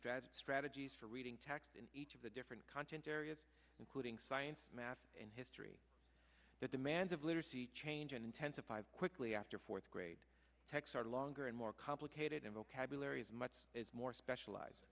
strategy strategies for reading text in each of the different content areas including science math and history the demands of literacy change and intensify quickly after fourth grade texts are longer and more complicated in vocabulary as much as more specialized